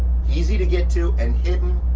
easy to get to and hidden